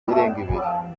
irenga